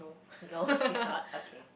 no is not okay